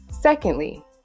Secondly